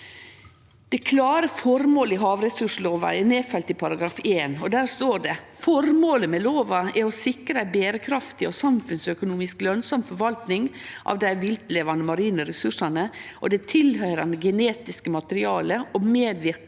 Det klare føremålet i havressurslova er nedfelt i § 1, og der står det: «Formålet med lova er å sikre ei berekraftig og samfunnsøkonomisk lønsam forvaltning av dei viltlevande marine ressursane og det tilhøyrande genetiske materialet og å medverke